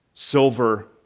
silver